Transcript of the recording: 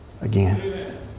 again